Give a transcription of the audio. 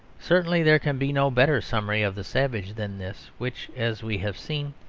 certainly there can be no better summary of the savage than this, which as we have seen,